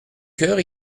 cœur